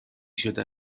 شده